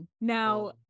Now